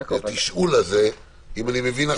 לתשאול הזה, אם אני מבין נכון.